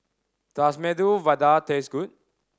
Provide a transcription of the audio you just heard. does Medu Vada taste good